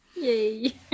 yay